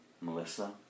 Melissa